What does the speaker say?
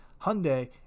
Hyundai